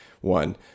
one